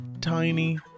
tiny